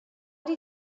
did